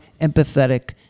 empathetic